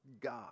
God